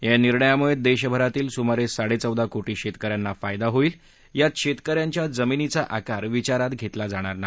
या निर्णयामुळे देशभरातील सुमारे साडेचौदा कोटी शेतक यांना फायदा मिळणार असून यात शेतकऱ्यांच्या जमिनीचा आकार विचारात घेतला जाणार नाही